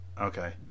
Okay